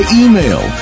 email